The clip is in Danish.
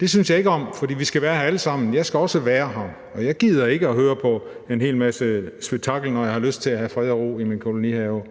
Det synes jeg ikke om, for vi skal være her alle sammen. Jeg skal også være her, og jeg gider ikke høre på en hel masse spektakel, når jeg har lyst til at have fred og ro i min kolonihave.